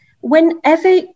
whenever